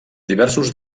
diversos